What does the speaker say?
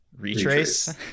retrace